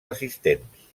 assistents